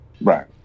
Right